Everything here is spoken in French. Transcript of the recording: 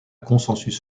consensus